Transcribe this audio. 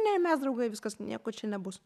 ne mes draugai viskas nieko čia nebus